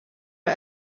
are